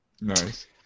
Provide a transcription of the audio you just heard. Nice